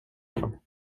honom